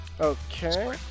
Okay